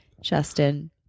Justin